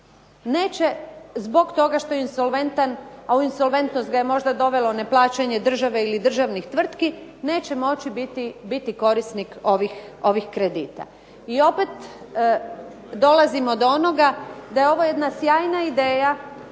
neće zbog toga što je insolventan, a u insolventnost ga je možda dovelo neplaćanje države ili državnih tvrtki možda neće moći biti korisnik kredita. I opet dolazimo do onoga da je ovo jedna sjajna ideja,